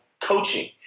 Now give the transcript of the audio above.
coaching